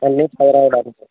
అన్నీ కవర్ అవ్వడానికి